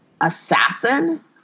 assassin